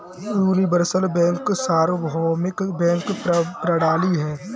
universal bank सार्वभौमिक bank प्रणाली है